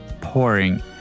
Pouring